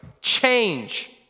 change